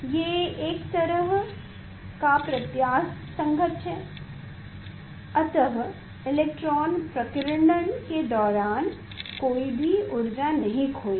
ये एक तरह प्रत्यास्थ संघट्ट है अतः इलेक्ट्रॉन प्रकीरन्न के दौरान कोई भी ऊर्जा नहीं खोएगी